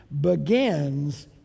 begins